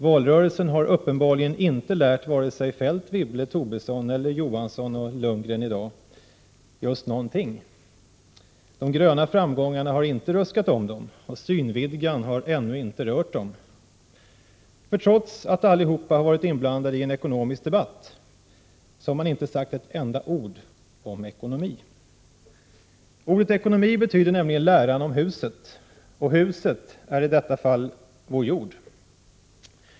Valrörelsen har uppenbarligen inte lärt vare sig Feldt, Wibble eller Tobisson — eller Johansson och Lundgren i dag — just någonting. Den gröna framgången har inte ruskat om dem. ”Synvidgan” har ännu inte rört dem. Trots att de alla varit inblandade i en ekonomisk debatt har de inte sagt ett enda ord om ekonomi. Ordet ekonomi betyder nämligen ”läran om huset”. Och huset är i detta fall vår jord.